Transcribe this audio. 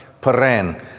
Paran